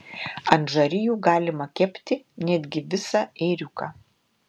ant žarijų galima kepti netgi visą ėriuką